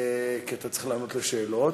כי אתה צריך לענות על שאילתות.